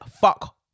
fuck